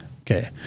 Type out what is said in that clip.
Okay